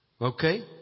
Okay